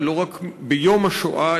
ולא רק ביום השואה,